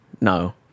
No